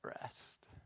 rest